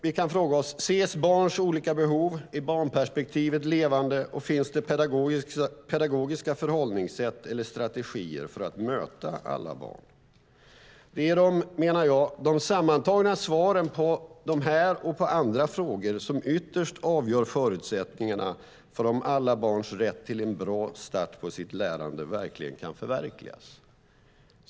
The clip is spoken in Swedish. Vi kan fråga oss: Ses barns olika behov, är barnperspektivet levande och finns det pedagogiska förhållningssätt eller strategier för att möta alla barn? Det är, menar jag, de sammantagna svaren på dessa och andra frågor som ytterst avgör förutsättningarna för om alla barns rätt till en bra start på sitt lärande verkligen kan förverkligas.